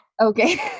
Okay